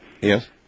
Yes